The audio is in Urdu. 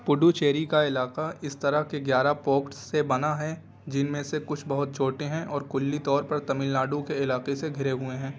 پڈوچیری کا علاقہ اس طرح کے گیارہ پوکٹس سے بنا ہیں جن میں سے کچھ بہت چھوٹے ہیں اور کلی طور پر تامل ناڈو کے علاقے سے گھرے ہوئے ہیں